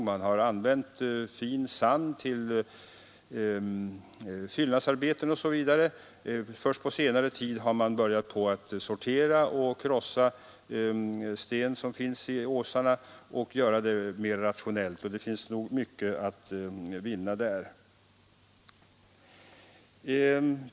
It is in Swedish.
Fin sand har använts till fyllnadsarbeten m.m. Först på senare tid har man mer rationellt börjat sortera materialet och krossa den sten som finns i åsarna. Det finns nog mycket att vinna där.